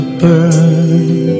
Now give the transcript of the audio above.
burn